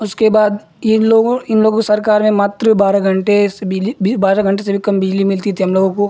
उसके बाद इन लोगों इन लोगों की सरकार में मात्र बारह घण्टे से बिजली बारह घण्टे से भी कम बिजली मिलती थी हमलोगों को